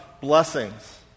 blessings